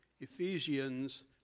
Ephesians